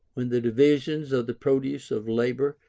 when the division of the produce of labour,